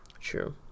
True